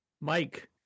Mike